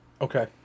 Okay